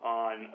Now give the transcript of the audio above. on